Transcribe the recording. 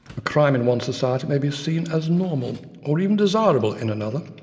a crime in one society, may be seen as normal or even desirable in another.